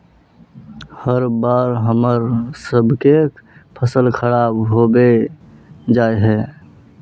हर बार हम्मर सबके फसल खराब होबे जाए है?